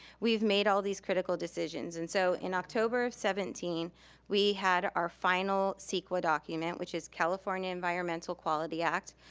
we've made all these critical decisions and so in october of seventeen we had our final ceqa document which is california environmental quality act,